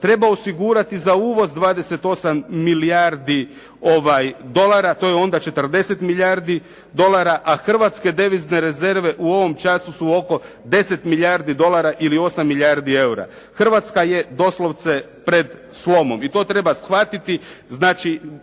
treba osigurati za uvoz 28 milijardi dolara, to je onda 40 milijardi dolara, a hrvatske devizne rezerve u ovom času su oko 10 milijardi dolara ili 8 milijardi eura. Hrvatska je doslovce pred slomom i to treba shvatiti,